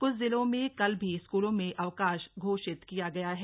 कृछ जिलों में कल भी स्कूलों में अवकाश घोषित किया गया है